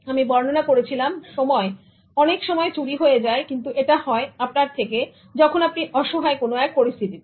আমি বর্ণনা করেছিলাম সময় অনেক সময় চুরি হয়ে যায় কিন্তু এটা হয় আপনার থেকে যখন আপনি অসহায় কোনো এক পরিস্থিতিতে